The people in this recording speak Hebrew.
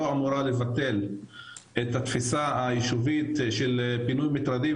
אמורה לבטל את התפיסה היישובית של פינוי מטרדים,